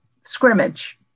scrimmage